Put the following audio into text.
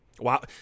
Wow